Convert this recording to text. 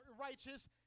righteous